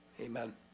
Amen